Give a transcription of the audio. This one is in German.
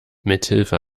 mithilfe